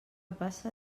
passa